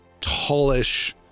tallish